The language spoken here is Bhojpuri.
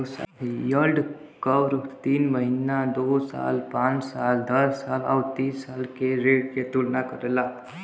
यील्ड कर्व तीन महीना, दो साल, पांच साल, दस साल आउर तीस साल के ऋण क तुलना करला